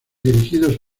dirigidos